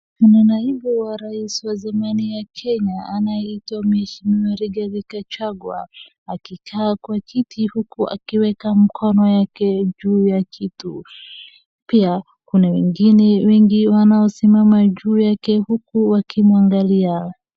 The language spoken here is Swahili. Ni naibu wa raisi wa zamani ya Kenya anayeitwa mheshimiwa Rigathi Gachagua akikaa kwa kiti uku akiweka mkono yake juu ya kitu. Pia kuna wengine wengi wanaosimama juu yake uku wakimuangalia.